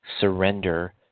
surrender